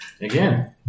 again